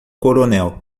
coronel